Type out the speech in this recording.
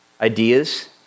Ideas